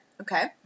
Okay